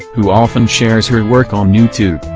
who often shares her work on youtube.